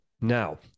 Now